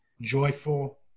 joyful